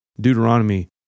Deuteronomy